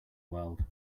world